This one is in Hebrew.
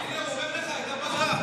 היינו בפגרה, הינה, הוא אומר לך,